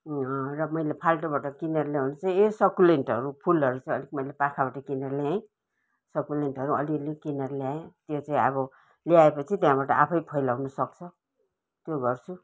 र मैले फाल्टुबाट किनेर ल्याउनु चाहिँ यही सकुलेन्टहरू फुलहरू चाहिँ अलिक मैले पाखाबाट किनेर ल्याएँ सकुलेन्टहरू अलि अलि किनेर ल्याएँ त्यो चाहिँ अब ल्याएपछि त्यहाँबाट आफै फैलाउन सक्छ त्यो गर्छु